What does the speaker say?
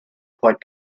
quite